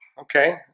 Okay